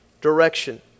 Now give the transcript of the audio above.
direction